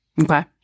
Okay